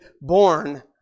born